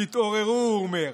תתעוררו, הוא אומר.